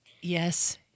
Yes